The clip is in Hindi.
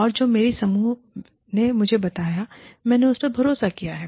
और जो मेरी समूह ने मुझे बताया मैंने उस पर भरोसा किया है